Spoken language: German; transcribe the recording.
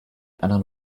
anderen